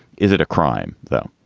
is it a crime, though?